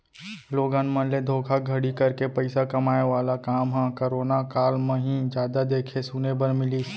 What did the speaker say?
लोगन मन ले धोखाघड़ी करके पइसा कमाए वाला काम ह करोना काल म ही जादा देखे सुने बर मिलिस